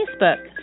facebook